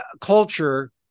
culture